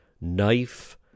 knife